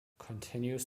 continues